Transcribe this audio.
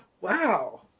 Wow